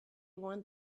want